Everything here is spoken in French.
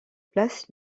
place